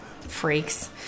Freaks